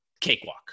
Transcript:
cakewalk